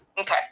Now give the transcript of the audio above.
Okay